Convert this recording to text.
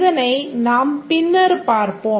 இதனை நாம் பின்னர் பார்ப்போம்